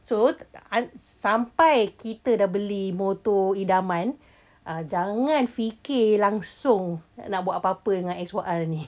so uh sampai kita dah beli motor idaman uh jangan fikir langsung nak buat apa-apa dengan X one R ni